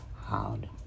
hard